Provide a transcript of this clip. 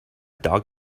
dog